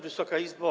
Wysoka Izbo!